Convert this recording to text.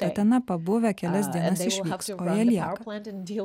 tatena pabuvę kelias dienas išvyks o jie lieka